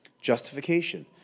justification